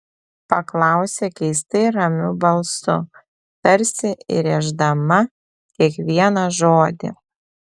paklausė keistai ramiu balsu tarsi įrėždama kiekvieną žodį